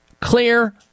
clear